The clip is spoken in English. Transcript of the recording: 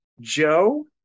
Joe